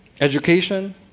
Education